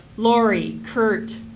lori, kurt,